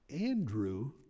Andrew